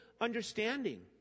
understanding